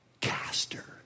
caster